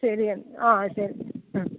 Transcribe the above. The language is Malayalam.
ശരി എന്നാൽ ആ ശരി മ്മ്